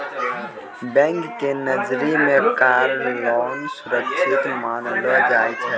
bank के नजरी मे कार लोन सुरक्षित मानलो जाय छै